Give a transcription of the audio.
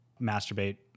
masturbate